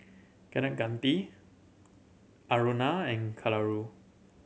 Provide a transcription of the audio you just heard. Kaneganti Aruna and Kalluri